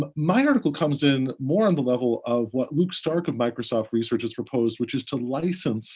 but my article comes in more on the level of what luke stark of microsoft research has proposed which is to license